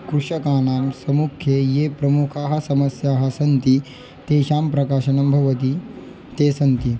कृषकाणां सम्मुख्ये ये प्रमुखाः समस्याः सन्ति तेषां प्रकाशनं भवति ते सन्ति